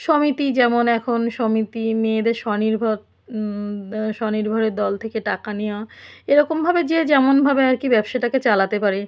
সমিতি যেমন এখন সমিতি মেয়েদের স্বনির্ভর স্বনির্ভরের দল থেকে টাকা নেয়া এরকম ভাবে যে যেমন ভাবে আর কি ব্যবসাটাকে চালাতে পারে